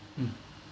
mm